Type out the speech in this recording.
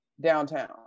downtown